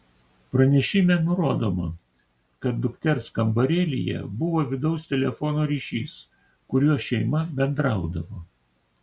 pranešime nurodoma kad dukters kambarėlyje buvo vidaus telefono ryšys kuriuo šeima bendraudavo